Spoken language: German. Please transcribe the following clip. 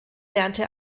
lernte